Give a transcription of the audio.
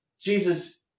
Jesus